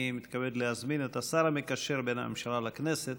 אני מתכבד להזמין את השר המקשר בין הממשלה לכנסת